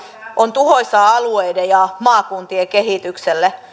on tuhoisaa alueiden ja maakuntien kehitykselle